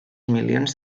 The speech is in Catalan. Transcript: milions